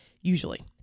usually